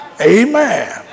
Amen